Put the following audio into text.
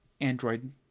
Android